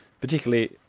particularly